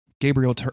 Gabriel